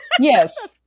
Yes